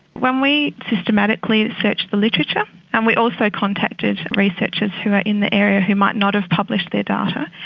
when we systematically researched the literature and we also contacted researchers who are in the area who might not have published their data,